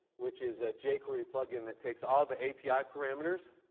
which is a jquery plug-in that takes all the api parameters